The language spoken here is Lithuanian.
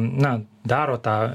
na daro tą